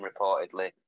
reportedly